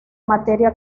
materia